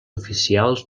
oficials